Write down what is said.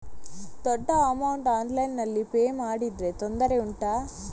ದೊಡ್ಡ ಅಮೌಂಟ್ ಆನ್ಲೈನ್ನಲ್ಲಿ ಪೇ ಮಾಡಿದ್ರೆ ತೊಂದರೆ ಉಂಟಾ?